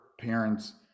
parents